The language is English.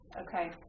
okay